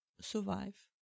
Survive